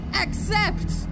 accept